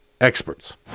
experts